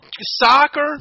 Soccer